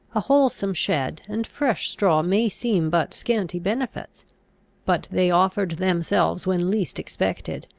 a wholesome shed and fresh straw may seem but scanty benefits but they offered themselves when least expected,